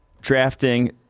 drafting